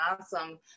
Awesome